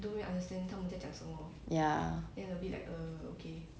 ya